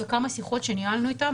וכמה שיחות שניהלנו איתם,